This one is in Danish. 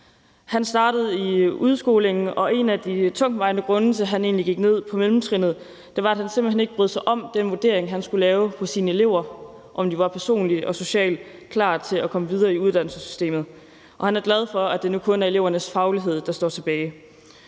Han startede i udskolingen, og en af de tungtvejende grunde til, at han egentlig gik ned på mellemtrinnet, var, at han simpelt hen ikke brød sig om den vurdering, han skulle lave af sine elever, i forhold til om de var personligt og socialt klar til at komme videre i uddannelsessystemet. Han er glad for, at det nu kun er elevernes faglighed, der står tilbage.